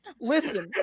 Listen